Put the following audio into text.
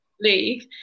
league